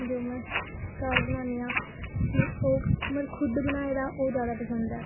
जो में घर बनानी आं मिगी ओह् मतलब खुद बनाए दा ओह् जादा पसंद ऐ